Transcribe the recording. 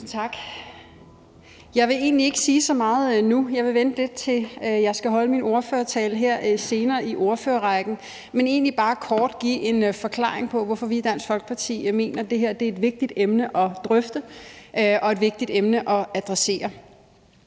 tak. Jeg vil egentlig ikke sige så meget nu; jeg vil vente, til jeg skal holde min ordførertale senere i ordførerrækken. Men jeg vil egentlig bare kort give en forklaring på, hvorfor vi i Dansk Folkeparti mener, det her er et vigtigt emne at drøfte og et vigtigt emne at adressere.